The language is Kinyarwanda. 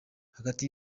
hagati